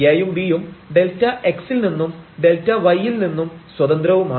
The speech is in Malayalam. A ഉം b ഉം Δx ൽ നിന്നും Δy ൽ നിന്നും സ്വതന്ത്രവുമാണ്